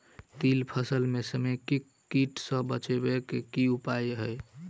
तिल फसल म समेकित कीट सँ बचाबै केँ की उपाय हय?